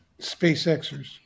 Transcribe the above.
SpaceXers